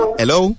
hello